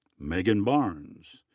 megan barnes.